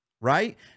Right